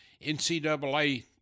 NCAA